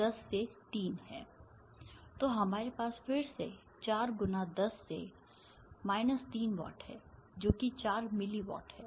तो हमारे पास फिर से चार × 10 से 3 वाट है जो कि 4 मिली वाट है